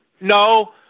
No